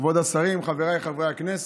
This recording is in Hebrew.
כבוד השרים, חבריי חברי הכנסת,